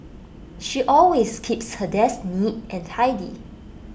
she always keeps her desk neat and tidy